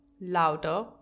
louder